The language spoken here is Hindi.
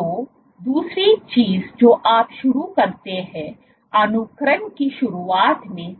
तो दूसरी चीज जो आप शुरू करते हैं अनुकरण की शुरुआत में